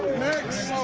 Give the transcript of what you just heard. next!